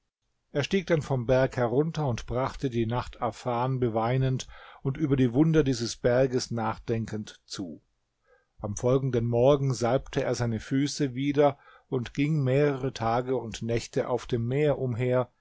er stieg dann vom berg herunter und brachte die nacht afan beweinend und über die wunder dieses berges nachdenkend zu am folgenden morgen salbte er seine füße wieder und ging mehrere tage und nächte auf dem meer umher